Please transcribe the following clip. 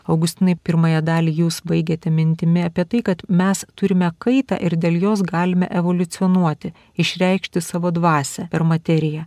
augustinai pirmąją dalį jūs baigėte mintimi apie tai kad mes turime kaitą ir dėl jos galime evoliucionuoti išreikšti savo dvasią ir materiją